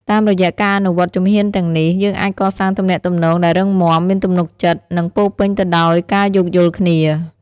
តាមរយៈការអនុវត្តជំហានទាំងនេះ យើងអាចកសាងទំនាក់ទំនងដែលរឹងមាំ មានទំនុកចិត្ត និងពោរពេញទៅដោយការយោគយល់គ្នា។